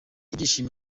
ibyishimo